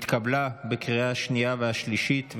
התקבלה בקריאה השנייה והשלישית,